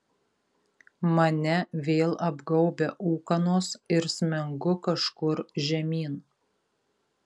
mane vėl apgaubia ūkanos ir smengu kažkur žemyn